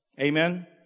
Amen